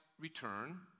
return